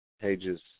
pages